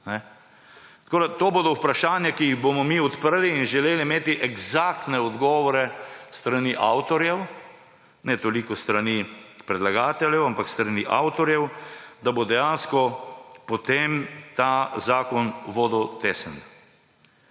Tako da to bodo vprašanja, ki jih bomo mi odprli in želeli imeti eksaktne odgovore s strani avtorjev, ne toliko s strani predlagateljev, ampak s strani avtorjev, da bo dejansko potem ta zakon vodotesen.